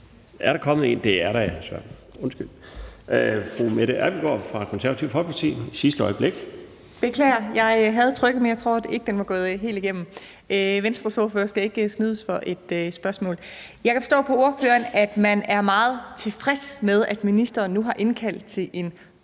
er der kommet en? Det er der. Undskyld. Fru Mette Abildgaard fra Det Konservative Folkeparti i sidste øjeblik. Kl. 17:37 Mette Abildgaard (KF): Beklager, jeg havde trykket, men jeg tror ikke, det var gået helt igennem. Venstres ordfører skal ikke snydes for et spørgsmål. Jeg kan forstå på ordføreren, at man er meget tilfreds med, at ministeren nu har indkaldt til en